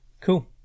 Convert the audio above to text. Cool